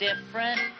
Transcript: different